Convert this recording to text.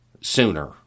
sooner